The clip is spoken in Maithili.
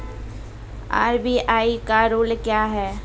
आर.बी.आई का रुल क्या हैं?